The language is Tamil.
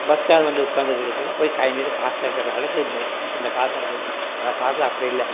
பஸ் ஸ்டாண்ட்டில் வந்து உட்காந்து கிடக்குது போய் கை நீட்டி காசு கேட்குற அளவுக்கு இந்த இப்போ இந்த காலத்தில் இருக்குது அந்த காலத்தில் அப்படி இல்லை